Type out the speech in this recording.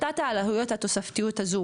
השתת העלויות התוספתיות הזו,